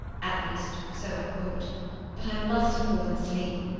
at least so i thought but i must have fallen asleep,